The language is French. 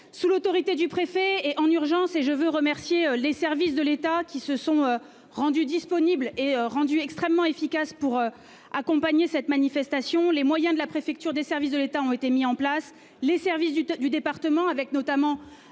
Sous l'autorité du préfet et en urgence et je veux remercier les services de l'État qui se sont rendus disponibles est rendue extrêmement efficace pour accompagner cette manifestation, les moyens de la préfecture des services de l'État ont été mis en place les services du du département avec notamment